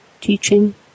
teaching